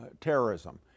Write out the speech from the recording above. terrorism